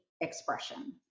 expression